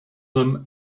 them